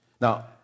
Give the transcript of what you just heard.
Now